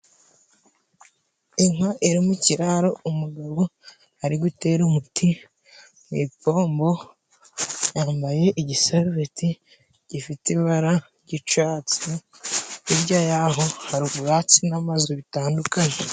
Inka iri mu kiraro, umugabo ari gutera umuti mu ipombo yambaye igisarubeti gifite ibara ry'icatsi, hirya y'aho hari ubwatsi n'amazu bitandukanye.